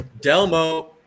delmo